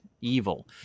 evil